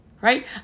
right